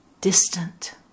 distant